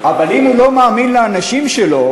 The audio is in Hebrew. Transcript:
אבל אם הוא לא מאמין לאנשים שלו,